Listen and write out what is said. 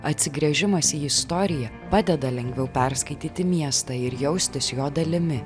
atsigręžimas į istoriją padeda lengviau perskaityti miestą ir jaustis jo dalimi